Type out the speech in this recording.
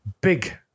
big